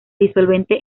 disolvente